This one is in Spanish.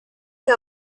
que